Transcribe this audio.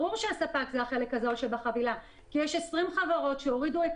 ברור שהספק הוא החלק הזול שבחבילה כי יש 20 חברות שהורידו את